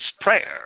prayer